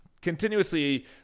continuously